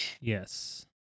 Yes